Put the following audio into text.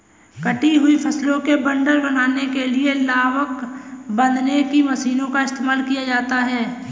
कटी हुई फसलों के बंडल बनाने के लिए लावक बांधने की मशीनों का इस्तेमाल किया जाता है